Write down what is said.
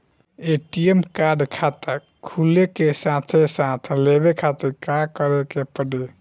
ATM card खाता खुले के साथे साथ लेवे खातिर का करे के पड़ी?